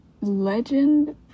Legend